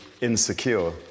insecure